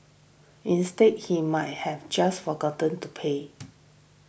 instead he might have just forgotten to pay